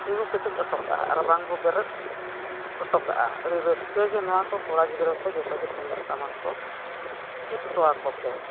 ᱛᱤᱸᱜᱩ ᱠᱮᱴᱮᱡ ᱦᱚᱴᱚ ᱠᱟᱜᱼᱟ ᱟᱨ ᱵᱟᱝ ᱵᱚ ᱵᱮᱨᱮᱫ ᱦᱚᱴᱚ ᱠᱟᱜᱼᱟ ᱟᱹᱰᱤ ᱨᱟᱹᱥᱠᱟᱹ ᱜᱮ ᱱᱚᱣᱟ ᱠᱚ ᱠᱚᱲᱟ ᱜᱤᱫᱽᱨᱟᱹ ᱠᱚ ᱡᱚᱛᱚ ᱜᱮ ᱛᱩᱢᱫᱟᱜ ᱴᱟᱢᱟᱠ ᱠᱚ ᱪᱮᱫ ᱦᱚᱴᱚ ᱟᱠᱚ ᱯᱮ